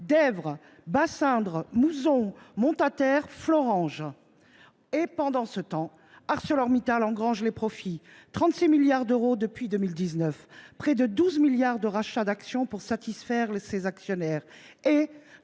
Dèvres, Bassindre, Mouson, Montaterre, Florange. Et pendant ce temps, ArcelorMittal engrange les profits. 36 milliards d'euros depuis 2019, près de 12 milliards de rachats d'actions pour satisfaire ces actionnaires et